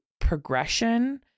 progression